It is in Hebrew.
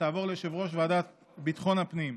שתעבור ליושב-ראש ועדת ביטחון הפנים.